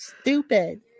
stupid